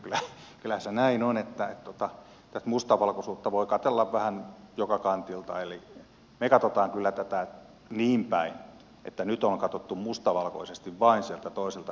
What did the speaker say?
kyllä se näin on että tässä mustavalkoisuutta voi katsella vähän joka kantilta eli me katsomme kyllä tätä niinpäin että nyt on katsottu mustavalkoisesti vain sieltä toiselta puolelta